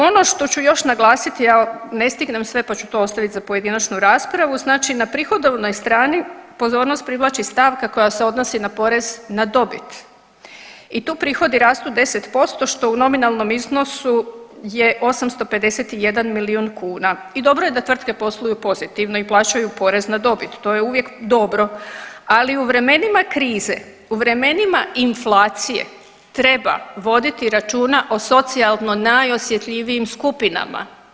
Ono što ću još naglasiti, a ne stignem sve, pa ću to ostavit za pojedinačnu raspravu, znači na prihodovnoj strani pozornost privlači stavka koja se odnosi na porez na dobit i tu prihodi rastu 10% što u nominalnom iznosu je 851 milijun kuna i dobro je da tvrtke posluju pozitivno i plaćaju porez na dobit, to je uvijek dobro, ali u vremenima krize, u vremenima inflacije treba voditi računa o socijalno najosjetljivijim skupinama.